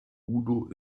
udo